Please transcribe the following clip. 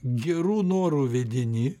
gerų norų vedini